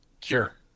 cure